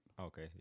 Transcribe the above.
Okay